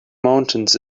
mountains